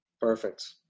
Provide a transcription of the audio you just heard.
Perfect